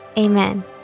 Amen